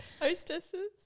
Hostesses